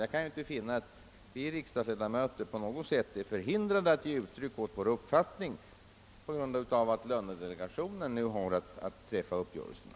Jag kan inte finna att vi riksdagsledamöter på något sätt är förhindrade att ge uttryck åt vår uppfattning därför att lönedelegationerna har att träffa uppgörelserna.